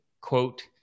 quote